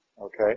Okay